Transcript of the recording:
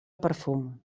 perfum